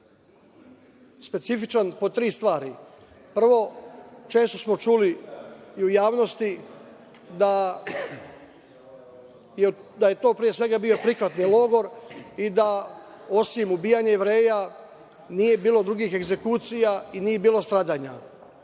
specifičan po tri stvari. Prvo, često smo čuli i u javnosti da je to pre svega bio prihvatni logor i da osim ubijanja Jevreja nije bilo drugih egzekucija i nije bilo stradanja.